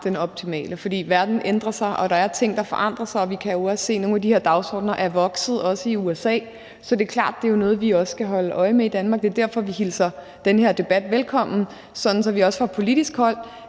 den optimale. For verden ændrer sig, og der er ting, der forandrer sig, og vi kan jo også se, at nogle af de dagsordener er vokset, også i USA, så det er jo klart, at det også er noget, vi skal holde øje med i Danmark. Det er derfor, at vi hilser den her debat velkommen, sådan at vi også fra politisk hold